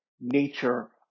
nature